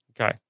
Okay